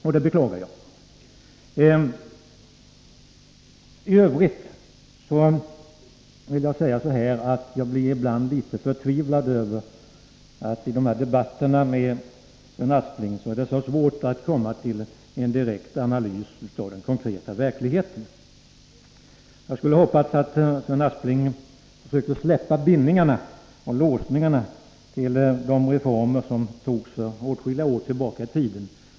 Jag beklagar det. I övrigt vill jag säga att jag ibland blir litet förtvivlad över att det i debatterna med Sven Aspling är så svårt att komma till en direkt analys av den konkreta verkligheten. Jag skulle vilja att Sven Aspling försökte släppa bindningarna och låsningarna till de reformer som genomfördes för åtskilliga år sedan.